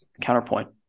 Counterpoint